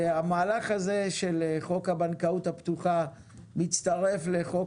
המהלך הזה של חוק הבנקאות הפתוחה מצטרף לחוק